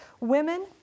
Women